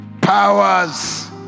powers